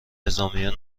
نظامیان